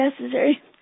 necessary